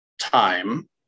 time